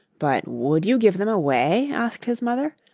but would you give them away? asked his mother.